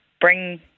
bring